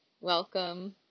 Welcome